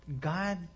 God